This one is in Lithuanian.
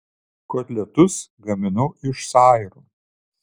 kotletus gaminau iš sairų